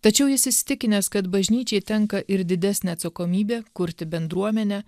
tačiau jis įsitikinęs kad bažnyčiai tenka ir didesnė atsakomybė kurti bendruomenę